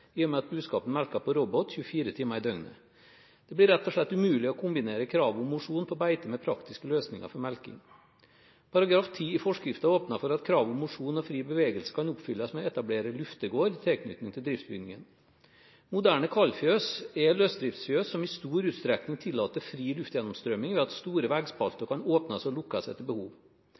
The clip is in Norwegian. i og med at buskapen melker på robot 24 timer i døgnet. Det blir rett og slett umulig å kombinere kravet om mosjon på beite med praktiske løsninger for melking. Paragraf 10 i forskriften åpner for at kravet om mosjon og fri bevegelse kan oppfylles med å etablere luftegård i tilknytning til driftsbygningen. Moderne kaldfjøs er løsdriftsfjøs som i stor utstrekning tillater fri luftgjennomstrømning ved at store veggspalter kan åpnes og lukkes etter behov.